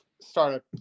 startup